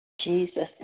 Jesus